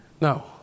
Now